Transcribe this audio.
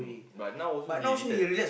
but now also he return